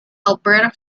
alberta